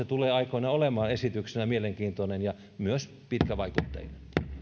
tulee aikoinaan olemaan esityksenä mielenkiintoinen ja myös pitkävaikutteinen